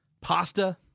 pasta